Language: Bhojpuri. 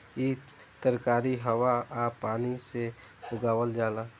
इ तरकारी हवा आ पानी से उगावल जाला